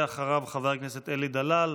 ואחריו, חבר הכנסת אלי דלל.